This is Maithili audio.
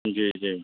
जी जी